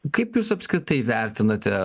kaip jūs apskritai vertinate